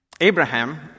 Abraham